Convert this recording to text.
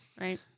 Right